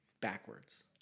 backwards